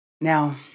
Now